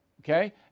okay